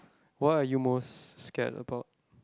what are you most scared about